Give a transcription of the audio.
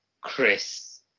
Chris